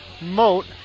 Moat